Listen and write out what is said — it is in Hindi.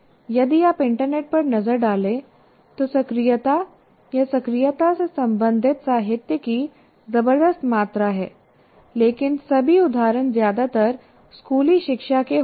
यदि आप इंटरनेट पर नजर डालें तो सक्रियता या सक्रियता से संबंधित साहित्य की जबरदस्त मात्रा है लेकिन सभी उदाहरण ज्यादातर स्कूली शिक्षा के होंगे